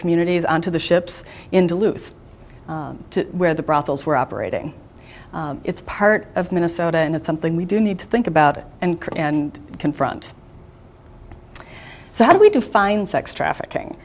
communities onto the ships in duluth to where the brothels were operating it's part of minnesota and it's something we do need to think about it and create and confront so how do we define sex trafficking